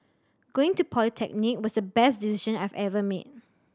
going to polytechnic was the best decision I've ever made